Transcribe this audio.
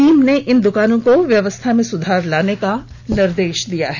team ने इन दुकानों को व्यवस्था में सुधार लाने का निर्देश दिया है